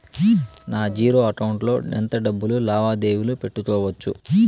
నా zero account లో ఎంత డబ్బులు లావాదేవీలు పెట్టుకోవచ్చు?